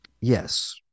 Yes